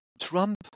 Trump